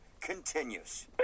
continues